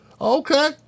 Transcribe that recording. Okay